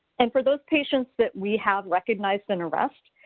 and for those patients that we have recognized an arrest,